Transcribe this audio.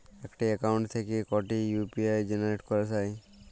একটি অ্যাকাউন্ট থেকে কটি ইউ.পি.আই জেনারেট করা যায়?